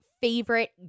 favorite